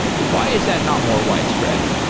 why is that not more widespread?